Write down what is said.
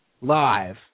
live